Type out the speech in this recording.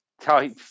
type